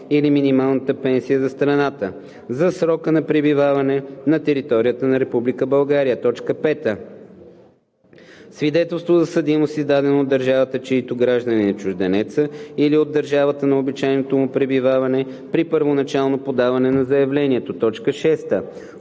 или минималната пенсия за страната, за срока на пребиваване на територията на Република България; 6. свидетелство за съдимост, издадено от държавата, чийто гражданин е чужденецът, или от държавата на обичайното му пребиваване – при първоначално подаване на заявлението.